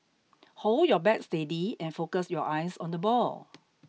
hold your bat steady and focus your eyes on the ball